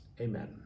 Amen